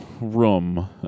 room